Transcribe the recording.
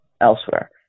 elsewhere